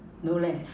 no